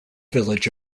village